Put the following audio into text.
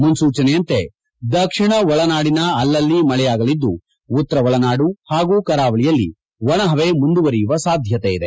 ಮುನ್ಸೂಚನೆಯಂತೆ ದಕ್ಷಿಣ ಒಳನಾಡಿನ ಅಲಲ್ಲಿ ಮಳೆಯಾಗಲಿದ್ದು ಉತ್ತರ ಒಳನಾದು ಹಾಗೂ ಕರಾವಳಿಯಲ್ಲಿ ಒಣ ಹವೆ ಮುಂದುವರೆಯುವ ಸಾಧ್ಯತೆಯಿದೆ